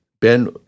Ben